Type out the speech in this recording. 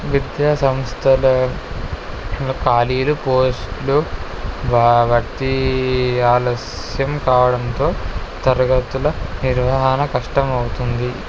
విద్యా సంస్థల ఖాళీలు పోస్టులు భర్తీ ఆలస్యం కావడంతో తరగతుల నిర్వహణ కష్టమవుతుంది